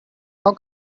how